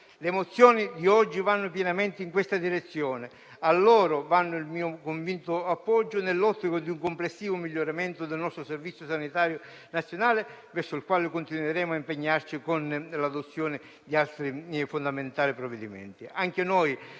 Le mozioni oggi in esame vanno pienamente in questa direzione. A loro va il mio convinto appoggio nell'ottica di un complessivo miglioramento del nostro Servizio sanitario nazionale, verso il quale continueremo a impegnarci con l'adozione di altri e fondamentali provvedimenti.